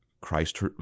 Christ